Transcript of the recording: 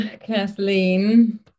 Kathleen